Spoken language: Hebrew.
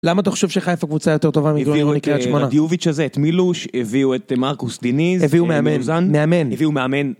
למה אתה חושב שחיפה קבוצה יותר טובה מעירוני קריית שמונה? הביאו את דיוביץ' הזה, את מילוש, הביאו את מרקוס דיניז, הביאו מאמן מוזן, מאמן. הביאו מאמן.